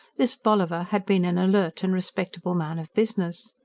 this bolliver had been an alert and respectable man of business.